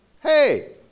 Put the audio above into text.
hey